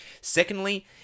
Secondly